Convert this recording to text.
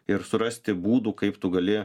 ir surasti būdų kaip tu gali